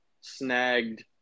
snagged